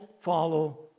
follow